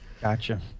Gotcha